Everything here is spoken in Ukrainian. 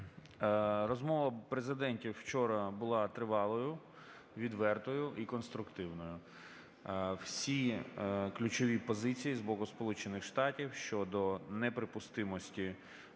Розмова президентів вчора була тривалою, відвертою і конструктивною. Всі ключові позиції з боку Сполучених Штатів щодо неприпустимості